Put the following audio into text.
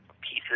pieces